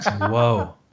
Whoa